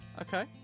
Okay